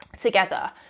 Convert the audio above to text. together